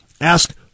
Ask